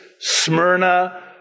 Smyrna